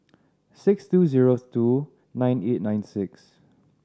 six two zero two nine eight nine six